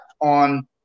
on